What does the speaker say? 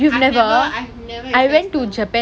I've never I've never experienced snow